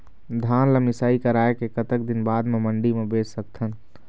धान ला मिसाई कराए के कतक दिन बाद मा मंडी मा बेच सकथन?